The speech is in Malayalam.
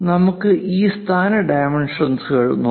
നമുക്ക് ഈ സ്ഥാന ഡൈമെൻഷൻസ്കൾ നോക്കാം